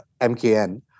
MKN